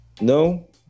no